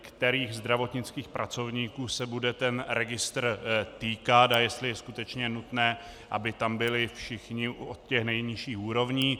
Kterých zdravotnických pracovníků se bude tento registr týkat a jestli je skutečně nutné, aby tam byli všichni od nejnižších úrovní.